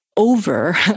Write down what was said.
Over